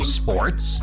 sports